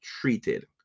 treated